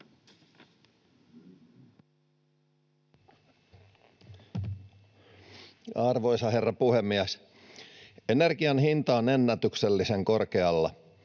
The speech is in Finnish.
Arvoisa herra puhemies! Energian hinta on ennätyksellisen korkealla.